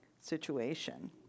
situation